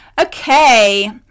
Okay